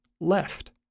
left